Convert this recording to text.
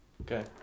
okay